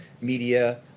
media